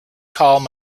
could